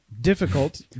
difficult